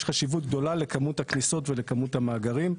יש חשיבות גדולה לכמות הכניסות ולכמות המאגרים.